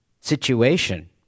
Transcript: situation